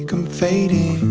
i'm fading